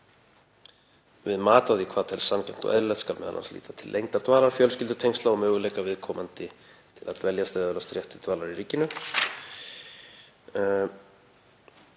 Við mat á því hvað telst sanngjarnt og eðlilegt skal m.a. líta til lengdar dvalar, fjölskyldutengsla og möguleika viðkomandi til að dveljast eða öðlast rétt til dvalar í ríkinu.